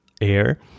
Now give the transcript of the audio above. air